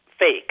Fake